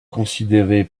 considéré